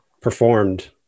performed